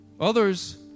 Others